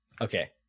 Okay